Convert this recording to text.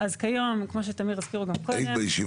אז כיום כמו שתמיר הזכירו גם קודם,